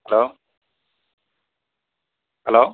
hello hello